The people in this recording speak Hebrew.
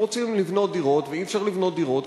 הם רוצים לבנות דירות ואי-אפשר לבנות דירות,